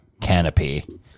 canopy